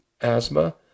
asthma